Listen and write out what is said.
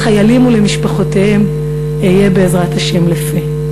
לחיילים ולמשפחותיהם אהיה, בעזרת השם, לפה.